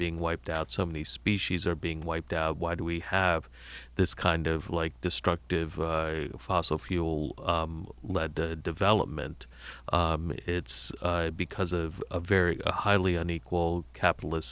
being wiped out some of these species are being wiped out why do we have this kind of like destructive fossil fuel led development it's because of a very highly unequal capitalist